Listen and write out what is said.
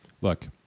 Look